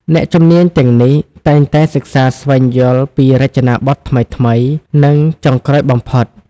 អ្នកជំនាញទាំងនេះតែងតែសិក្សាស្វែងយល់ពីរចនាប័ទ្មថ្មីៗ និងចុងក្រោយបំផុត។